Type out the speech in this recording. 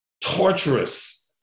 torturous